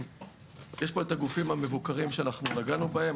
יש פה את הגופים המבוקרים שנגענו בהם.